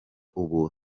ubu